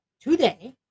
today